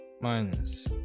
minus